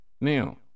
now